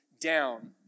down